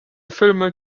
filme